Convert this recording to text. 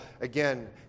Again